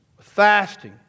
fasting